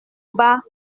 bas